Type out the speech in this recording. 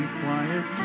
quiet